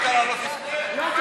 ככה לא מארגנים הצבעה,